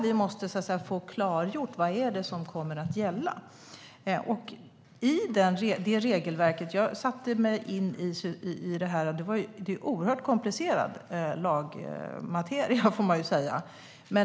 Vi måste få klargjort vad som kommer att gälla. Det är en oerhört komplicerad lagmateria, får man säga.